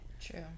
True